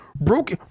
broke